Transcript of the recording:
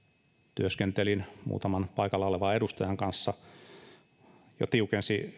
työskentelin muutaman paikalla olevan edustajan kanssa tiukensi